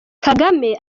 kagame